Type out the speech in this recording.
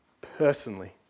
personally